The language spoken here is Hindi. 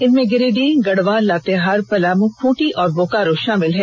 इनमें गिरिडीह गढ़वा लातेहार पलाम खूंटी तथा बोकारो शामिल हैं